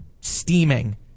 steaming